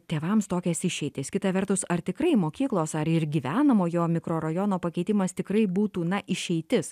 tėvams tokias išeitis kita vertus ar tikrai mokyklos ar ir gyvenamojo mikrorajono pakeitimas tikrai būtų na išeitis